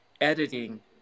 editing